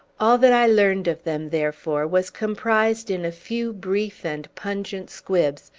all that i learned of them, therefore, was comprised in a few brief and pungent squibs,